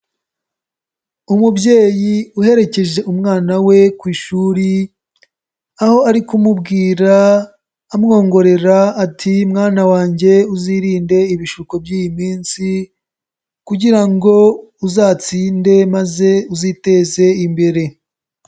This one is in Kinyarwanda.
Umubyeyi uherekeje umwana we ku ishuri aho ari kumubwira amwongorera ati " mwana wange uzirinde ibishuko by'iyi minsi kugira ngo uzatsinde maze uziteze imbere."